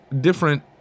different